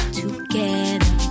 together